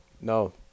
No